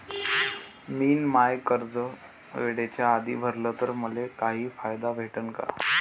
मिन माय कर्ज वेळेच्या आधी भरल तर मले काही फायदा भेटन का?